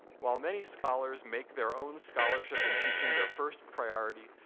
while many scholars make their own scholarship and teaching their first priority,